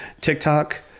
TikTok